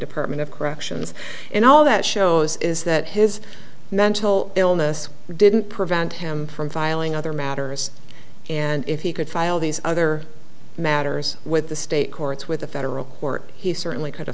department of corrections and all that shows is that his mental illness didn't prevent him from filing other matters and if he could file these other matters with the state courts with the federal court he certainly could have